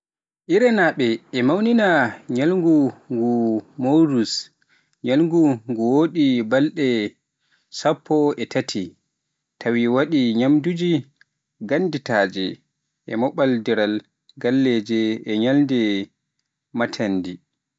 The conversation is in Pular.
Iraannaaɓe ina mawnina ñalngu nguu e Nowruz, ñalngu nguu ina waɗi balɗe sappo e taati, tawi ina waɗi ñaamduuji gaadanteeji, mooɓondiral galleeji, e ñalɗi maantinɗi.